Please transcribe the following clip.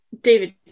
David